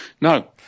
No